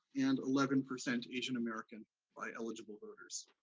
and eleven percent asian american by eligible voters.